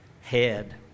Head